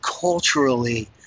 culturally